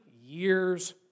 years